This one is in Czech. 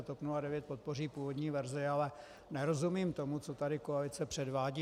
TOP 09 podpoří původní verzi, ale nerozumím tomu, co tady koalice předvádí.